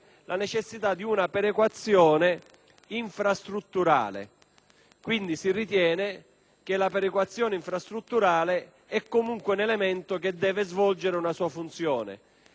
Quindi, si ritiene che la perequazione infrastrutturale è comunque un elemento che deve svolgere una sua funzione. Gli emendamenti 24.502 e 24.504 che ho presentato vanno in questa direzione nella parte che